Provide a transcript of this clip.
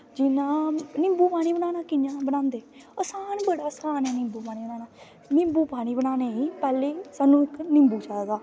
जियां निम्बू पानी बनाना कियां बनाना आसान बड़ा आसान ऐ निम्बू पानी बनाना निम्बू पानीं बनानें गी पैह्लैं साह्नू निम्बू चाही दा